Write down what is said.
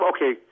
Okay